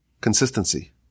consistency